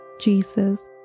Jesus